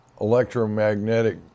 electromagnetic